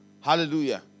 Hallelujah